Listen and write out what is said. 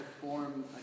form